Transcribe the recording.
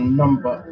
number